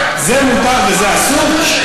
זה מותר וזה אסור?